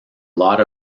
lot